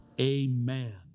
AMEN